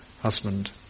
husband